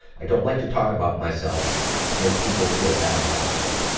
i don't like to talk about myself to make people feel bad about me.